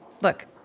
Look